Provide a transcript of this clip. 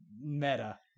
meta